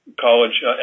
college